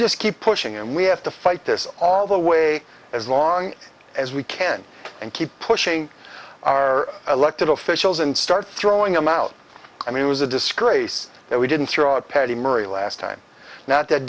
just keep pushing and we have to fight this all the way as long as we can and keep pushing our elected officials and start throwing them out i mean it was a disgrace that we didn't throw out patty murray last time now that